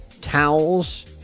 Towels